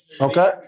Okay